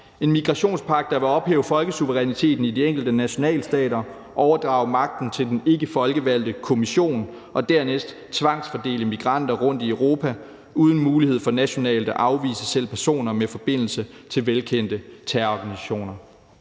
en migrationspagt, der vil ophæve folkesuveræniteten i de enkelte nationalstater, overdrage magten til den ikkefolkevalgte Kommission og dernæst tvangsfordele migranter rundt i Europa, uden at der vil være mulighed for nationalt at afvise selv personer med forbindelse til velkendte terrororganisationer.